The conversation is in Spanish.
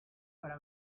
para